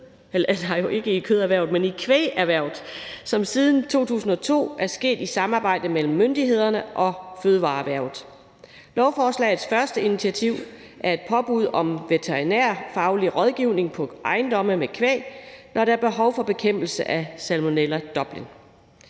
af Salmonella Dublin i kvægerhvervet, som siden 2002 er sket i samarbejde mellem myndighederne og fødevareerhvervet. Lovforslagets første initiativ er et påbud om veterinærfaglig rådgivning på ejendomme med kvæg, når der er behov for bekæmpelse af Salmonella Dublin.